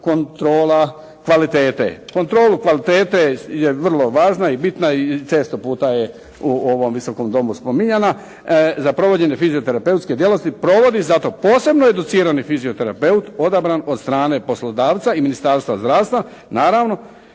kontrola kvalitete. Kontrolu kvalitete je vrlo važna i bitna i često puta je u ovom Visokom domu spominjana. Za provođenje fizioterapeutske djelatnosti provodi za to posebno educirani fizioterapeut odabran od strane poslodavca i Ministarstva zdravstva. Naravno